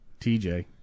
TJ